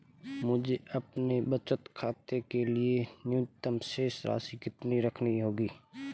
मुझे अपने बचत खाते के लिए न्यूनतम शेष राशि कितनी रखनी होगी?